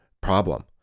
problem